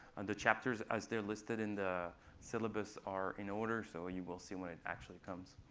and the chapters, as they're listed in the syllabus, are in order, so ah you will see when it actually comes.